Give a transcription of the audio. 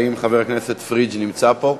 האם חבר הכנסת פריג' נמצא פה?